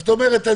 זאת אומרת,